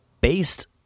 based